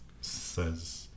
says